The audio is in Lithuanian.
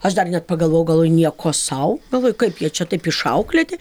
aš dar net pagalvojau gal ir nieko sau galvoju kaip jie čia taip išauklėti